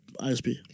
ISP